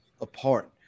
apart